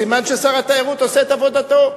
סימן ששר התיירות עושה את עבודתו,